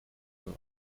her